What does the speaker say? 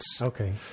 Okay